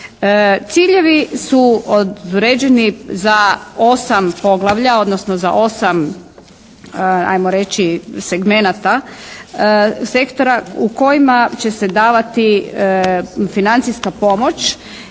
Ciljevi su određeni za osam poglavlja odnosno za osam ajmo reći segmenata, sektora u kojima će se davati financijska pomoć